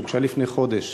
שהוגשה לפני חודש